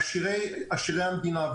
עשירי המדינה,